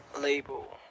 label